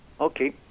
Okay